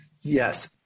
Yes